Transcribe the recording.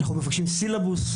ואנחנו מבקשים סילבוס.